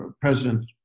President